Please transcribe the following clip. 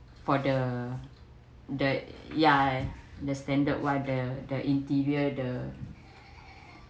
for the the ya the standard while the the interior the